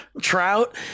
Trout